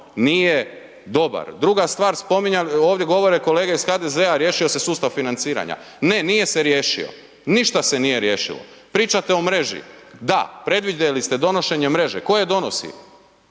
nije dobar. Druga stvar, ovdje govore kolege iz HDZ-a riješio se sustav financiranja. Ne, nije se riješio, ništa se nije riješilo. Pričate o mreži. Da, predvidjeli ste donošenje mreže. Tko je donosi?